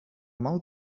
mal